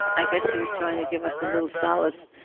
i guess he was trying to give us a little solace